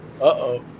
Uh-oh